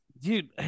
Dude